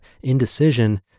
indecision